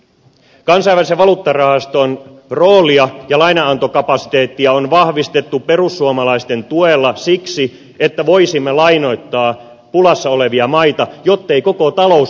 kansainvälisen valuuttarahaston roolia ja lainanantokapasiteettia on vahvistettu perussuomalaisten tuella siksi että voisimme lainoittaa pulassa olevia maita jottei koko talous romahtaisi